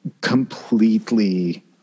completely